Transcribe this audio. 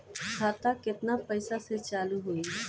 खाता केतना पैसा से चालु होई?